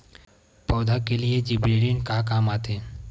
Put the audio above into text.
पौधा के लिए जिबरेलीन का काम आथे?